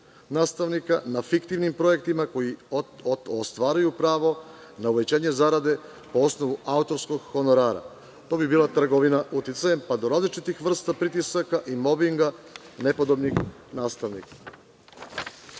nastavnika na fiktivnim projektima koji ostvaruju pravo na uvećanje zarade po osnovu autorskog honorara, to bi bila trgovina uticajem, pa do različitih vrsta pritisaka i mobinga nepodobnih nastavnika. Član